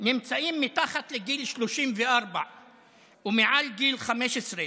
נמצאים מתחת לגיל 34 ומעל גיל 15,